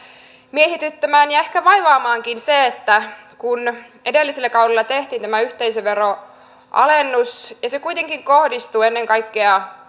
mietityttämään ja ehkä vaivaamaankin se että kun edellisellä kaudella tehtiin tämä yhteisöveron alennus ja se kuitenkin kohdistui ennen kaikkea